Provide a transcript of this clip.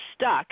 stuck